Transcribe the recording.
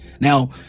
Now